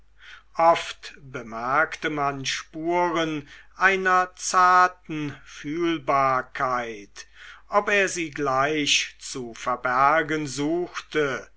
oft bemerkte man spuren einer zarten fühlbarkeit ob er sie gleich zu verbergen suchte